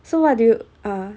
so what do you ah